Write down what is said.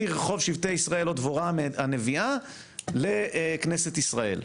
מרחוב שבטי ישראל, או דבורה הנביאה, לכנסת ישראל.